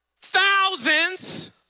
thousands